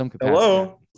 Hello